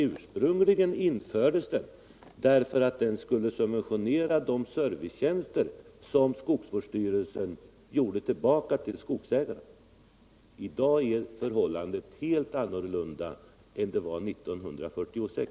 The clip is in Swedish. Ursprungligen infördes den avgiften för att den skulle subventionera de servicetjänster varmed skogsvårdsstyrelsen återgäldar skogsägarna, men i dag är förhållandet helt annorlunda än det var 1946.